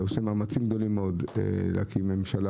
עושים מאמצים גדולים מאוד להקים ממשלה